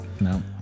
No